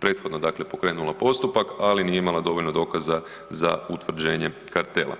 prethodno dakle pokrenula postupak, ali nije imala dovoljno dokaza za utvrđenje kartela.